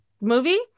movie